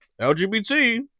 LGBT